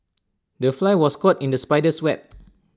the fly was caught in the spider's web